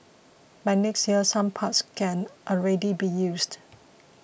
by next year some parts can already be used